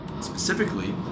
Specifically